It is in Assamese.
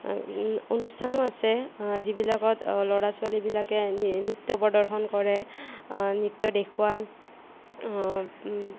অনুষ্ঠানো আছে যিবিলাকত ল'ৰা ছোৱালীবিলাকে নৃত্য প্ৰদৰ্শন কৰে নৃত্য দেখুৱাই